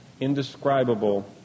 indescribable